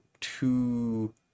two